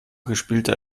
gespielter